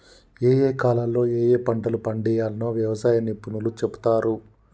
ఏయే కాలాల్లో ఏయే పంటలు పండియ్యాల్నో వ్యవసాయ నిపుణులు చెపుతారు